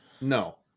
No